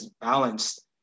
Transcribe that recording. balanced